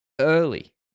early